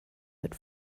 mit